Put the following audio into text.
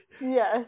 Yes